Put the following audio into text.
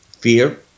fear